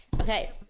okay